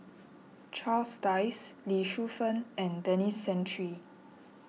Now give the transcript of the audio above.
Charles Dyce Lee Shu Fen and Denis Santry